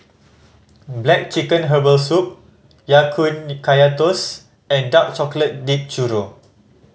black chicken herbal soup Ya Kun Kaya Toast and dark chocolate dipped churro